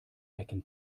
becken